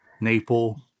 Naples